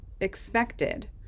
expected